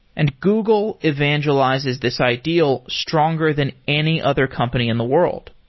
and google evangelizes this ideal stronger than any other company in the world.